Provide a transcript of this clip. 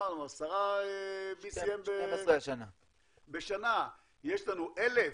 12 BCM בשנה, יש לנו 1,000,